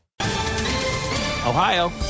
Ohio